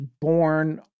born